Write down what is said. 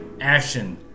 action